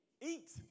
Eat